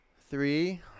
Three